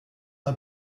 n’a